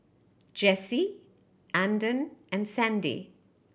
Jessie Andon and Sandi